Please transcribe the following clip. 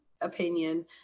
opinion